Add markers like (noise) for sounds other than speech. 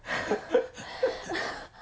(laughs)